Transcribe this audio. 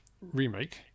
remake